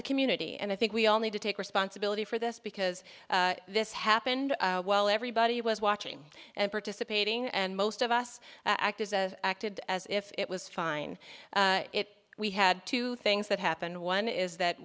a community and i think we all need to take responsibility for this because this happened while everybody was watching and participating and most of us act as acted as if it was fine it we had two things that happened one is that